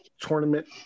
tournament